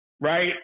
Right